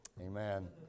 Amen